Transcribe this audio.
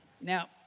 now